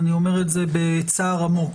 ואני אומר את זה בצער עמוק